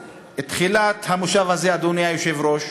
בתחילת המושב הזה, אדוני היושב-ראש,